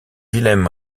wilhelm